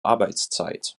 arbeitszeit